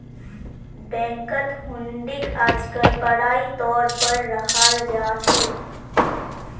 बैंकत हुंडीक आजकल पढ़ाई तौर पर रखाल जा छे